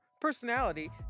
personality